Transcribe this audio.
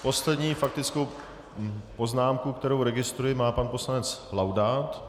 Poslední faktickou poznámku, kterou registruji, má pan poslanec Laudát.